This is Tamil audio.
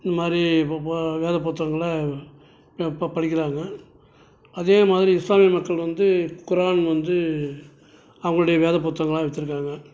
இந்த மாதிரி வேத புத்தகங்களை எங்கள் அப்பா படிக்கிறாங்க அதே மாதிரி இஸ்லாமிய மக்கள் வந்து குரான் வந்து அவங்களுடைய வேத புத்தகங்களாக வச்சிருக்காங்க